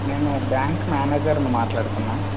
నేను బ్యాంకు మేనేజర్ని మాట్లాడుతున్నాను